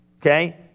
Okay